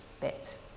bit